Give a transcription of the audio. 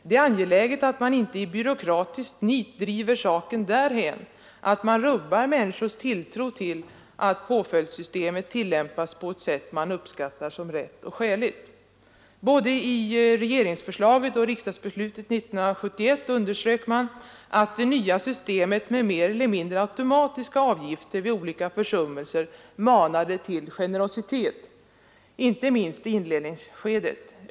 Det är angeläget att man inte i byråkratiskt nit driver saken därhän att man rubbar människors tilltro till att påföljdssystemet tillämpas på ett sätt som uppfattas som rätt och skäligt. Både i regeringsförslaget och i riksdagsbeslutet 1971 underströk man att det nya systemet med mer eller mindre automatiska avgifter vid olika försummelser manade till generositet, inte minst i inledningsskedet.